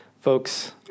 folks